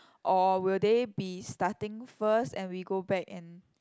or will they be starting first and we go back and